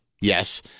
yes